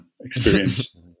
experience